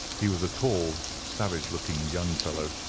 he was a tall, savage-looking young fellow,